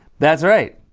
that's right.